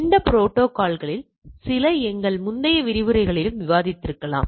இந்த ப்ரோடோகால்களில் சில எங்கள் முந்தைய விரிவுரைகளிலும் விவாதித்திருக்கலாம்